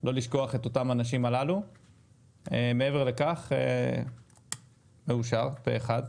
לא לשכוח את אותם האנשים הללו ומעבר לכך מאושר פה אחד.